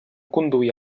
conduir